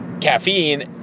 Caffeine